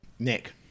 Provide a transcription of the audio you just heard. Nick